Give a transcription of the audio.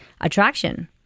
attraction